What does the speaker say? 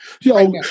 Yo